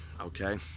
okay